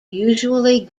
usually